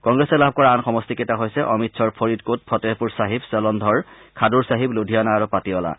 কংগ্ৰেছে লাভ কৰা আন সমষ্টি কেইটা হৈছে অমৃতসৰ ফৰিদকোত ফতেহগড় ছাহিব জলন্ধৰ খাদৰ ছাহিব লুধিয়ানা আৰু পাটিৱালা